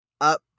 up